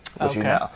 okay